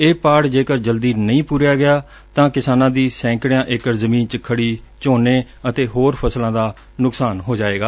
ਏਹ ਪਾੜ ਜੇਕਰ ਜਲਦੀ ਨਹੀਂ ਪੂਰਿਆ ਜਾਂਦਾ ਤਾਂ ਕਿਸਾਨਾਂ ਦੀ ਸੈਂਕੜਿਆਂ ਏਕੜ ਜ਼ਮੀਨ ਚ ਖੜੀ ਝੋਨੇ ਅਤੇ ਹੋਰ ਫਸਲਾਂ ਦਾ ਨੁਕਸਾਨ ਹੋ ਜਾਵੇਗਾ